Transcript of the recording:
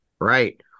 Right